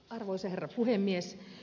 arvoisa herra puhemies